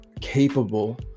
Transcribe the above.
capable